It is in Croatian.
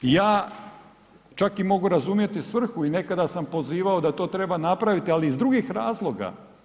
Ja čak i mogu razumjeti svrhu i nekada sam pozivao da to treba napraviti, ali iz drugih razloga.